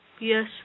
Yes